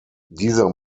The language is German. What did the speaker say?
dieser